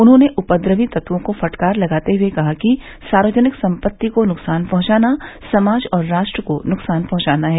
उन्होंने उपद्रवी तत्वों को फटकार लगाते हए कहा कि सार्वजनिक संपत्ति को नुकसान पहुंचाना समाज और राष्ट्र को नुकसान पहुंचाना है